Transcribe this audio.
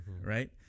right